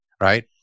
Right